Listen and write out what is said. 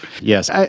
Yes